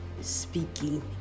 speaking